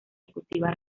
ejecutiva